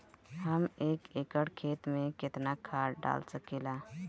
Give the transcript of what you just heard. हम एक एकड़ खेत में केतना खाद डाल सकिला?